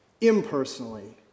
impersonally